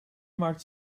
maakt